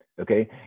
Okay